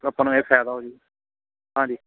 ਆਪਾਂ ਨੂੰ ਇਹ ਫਾਇਦਾ ਹੋਜੂ ਹਾਂਜੀ